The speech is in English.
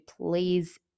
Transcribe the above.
please